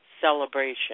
celebration